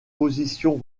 position